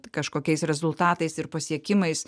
kažkokiais rezultatais ir pasiekimais